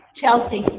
Chelsea